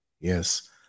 yes